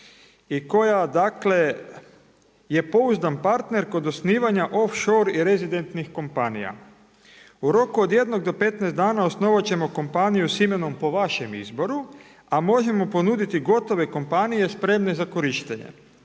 dakle je pouzdan partner kod osnivanja off shore i rezidentnih kompanija. U roku od 1 do 15 dana osnovat ćemo kompaniju sa imenom po vašem izboru, a možemo ponuditi gotove kompanije spremne za korištenje.